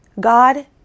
God